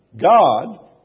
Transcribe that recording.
God